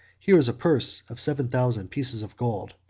here is a purse of seven thousand pieces of gold,